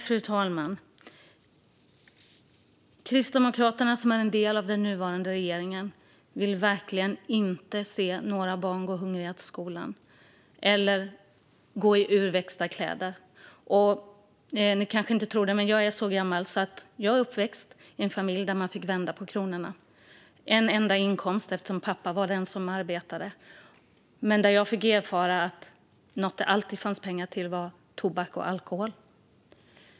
Fru talman! Kristdemokraterna, som är en del av den nuvarande regeringen, vill verkligen inte se några barn gå hungriga till skolan eller gå i urvuxna kläder. Ni kanske inte tror det, men jag är så gammal att jag är uppväxt i en familj där man fick vända på kronorna, som hade en enda inkomst eftersom pappa var den som arbetade och där jag fick erfara att något som det alltid fanns pengar till var tobak och alkohol.